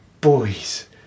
boys